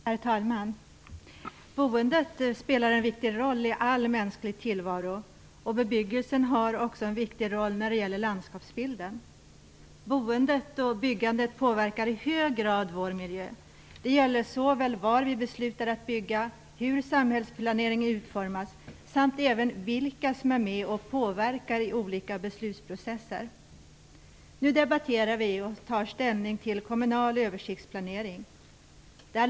Herr talman! Boendet spelar en viktig roll i all mänsklig tillvaro. Bebyggelsen har också en viktig roll för landskapsbilden. Boendet och byggandet påverkar i hög grad vår miljö. Det gäller såväl var vi beslutar att bygga som hur samhällsplaneringen utformas samt även vilka som är med och påverkar i olika beslutsprocesser. Nu debatterar vi och tar ställning till kommunal översiktsplanering.